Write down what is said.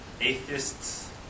atheists